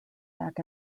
back